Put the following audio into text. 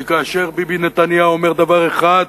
כי כאשר ביבי נתניהו אומר דבר אחד,